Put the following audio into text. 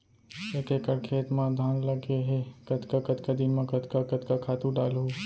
एक एकड़ खेत म धान लगे हे कतका कतका दिन म कतका कतका खातू डालहुँ?